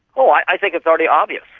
so i think it's already obvious.